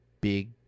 Big